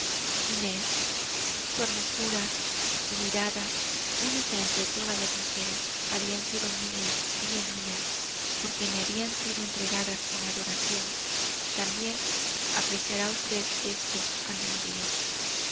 años inés su hermosura su mirada única entre todas las mujeres habían sido mías bien mías porque me habían sido entregadas con adoración también apreciará usted esto algún día